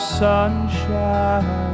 sunshine